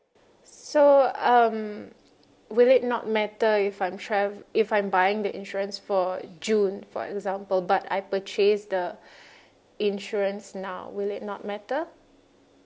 so um will it not matter if I'm trav~ if I'm buying the insurance for june for example but I purchase the insurance now will it not matter